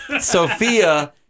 Sophia